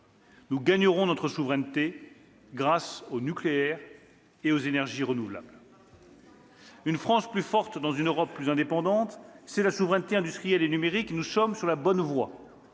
nous gagnerons notre souveraineté grâce au nucléaire et aux énergies renouvelables. « Une France plus forte dans une Europe plus indépendante, c'est la souveraineté industrielle et numérique : nous sommes sur la bonne voie.